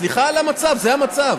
סליחה על המצב, זה המצב.